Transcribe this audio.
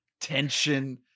tension